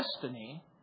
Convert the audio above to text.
destiny